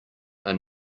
are